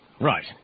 right